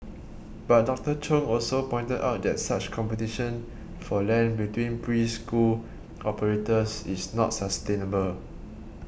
but Doctor Chung also pointed out that such competition for land between preschool operators is not sustainable